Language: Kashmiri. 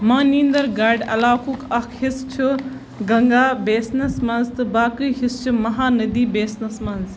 مانینٛدر گڑھ علاقُک اَکھ حِصہٕ چھُ گنگا بیسنَس منٛز تہٕ باقٕے حِصہٕ چھِ مہانٛدی بیسنَس منٛز